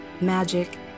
magic